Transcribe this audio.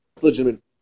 legitimate